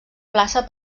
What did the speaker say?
plaça